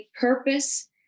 purpose